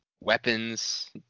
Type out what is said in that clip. weapons